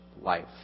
life